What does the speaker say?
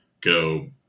go